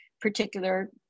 particular